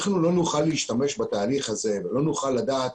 אנחנו לא נוכל להשתמש בתהליך הזה ולא נוכל לדעת